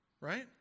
Right